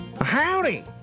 Howdy